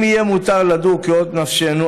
אם יהיה מותר לדוג כאוות נפשנו,